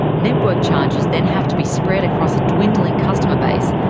network charges then have to be spread across a dwindling customer base,